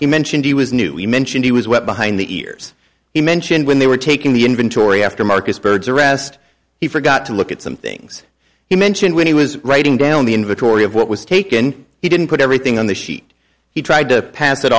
he mentioned he was new we mentioned he was wet behind the ears he mentioned when they were taking the inventory after marcus bird's arrest he forgot to look at some things he mentioned when he was writing down the inventory of what was taken he didn't put everything on the sheet he tried to pass it